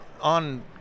on